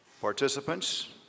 participants